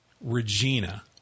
Regina